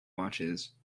watches